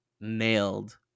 nailed